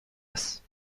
است